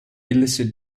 illicit